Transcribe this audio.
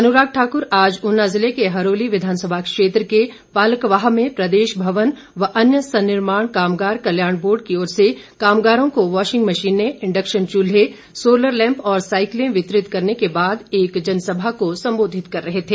अनुराग ठाकुर आज ऊना जिले के हरोली विधानसभा क्षेत्र के पालकवाह में प्रदेश भवन व अन्य सन्निर्माण कामगार कल्याण बोर्ड की ओर से कामगारों को वाशिंग मशीनें इंडक्शन चूल्हे सोलर लैम्प और साइकिलें वितरित करने के बाद एक जनसभा को संबोधित कर रहे थे